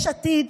יש עתיד